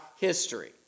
history